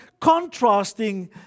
contrasting